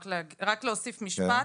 רק להוסיף משפט.